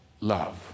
love